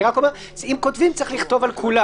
אני רק אומר שאם כותבים, צריך לכתוב על כולם.